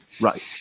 Right